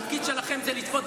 התפקיד שלכם זה לבדוק.